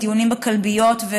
הדיונים בכלביות,